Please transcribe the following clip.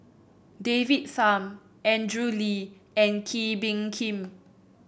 David Tham Andrew Lee and Kee Bee Khim